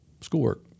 schoolwork